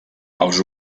els